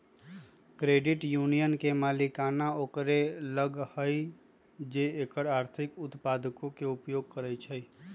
credit union के मलिकाना ओकरे लग होइ छइ जे एकर आर्थिक उत्पादों के उपयोग करइ छइ